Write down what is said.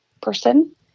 person